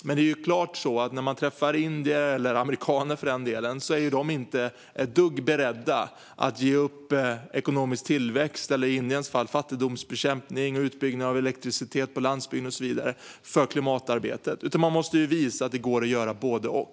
Men när jag träffar indier, eller amerikaner för den delen, är de inte ett dugg beredda att ge upp ekonomisk tillväxt, eller i Indiens fall fattigdomsbekämpning, utbyggnad av elektricitet på landsbygden och så vidare, för klimatarbetet, utan vi måste visa att det går att göra både och.